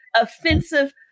offensive